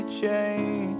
change